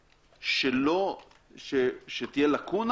כלומר, מה זה אומר?